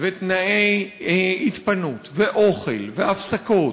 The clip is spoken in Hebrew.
ותנאי התפנות, ואוכל, והפסקות,